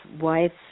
wife